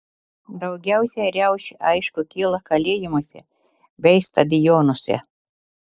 daugiausiai riaušių aišku kyla kalėjimuose bei stadionuose